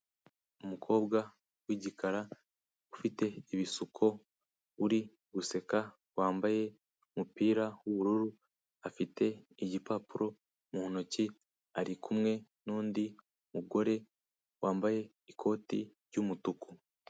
Umukobwa w'igikara, ufite ibisuko uri guseka, wambaye umupira w'ubururu, afite igipapuro mu ntoki, ari kumwe n'undi mugore wambaye ikoti ry'umutuku.